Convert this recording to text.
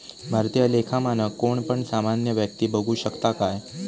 भारतीय लेखा मानक कोण पण सामान्य व्यक्ती बघु शकता काय?